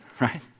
right